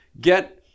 get